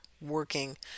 working